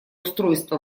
устройство